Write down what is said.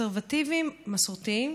קונסרבטיבים, מסורתיים.